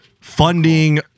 funding